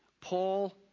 Paul